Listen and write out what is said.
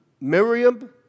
Miriam